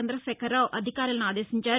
చంద్రశేఖర్రావు అధికారులను ఆదేశించారు